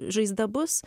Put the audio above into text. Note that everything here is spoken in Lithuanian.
žaizda bus